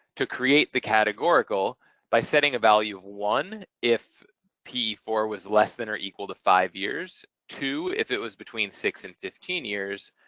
to create the categorical by setting a value of one if p four was less than or equal to five years, two if it was between six and fifteen years,